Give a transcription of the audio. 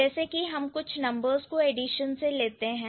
जैसे कि हम कुछ नंबर्स को एडिशन से लेते हैं